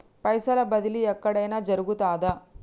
పైసల బదిలీ ఎక్కడయిన జరుగుతదా?